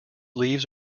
leaves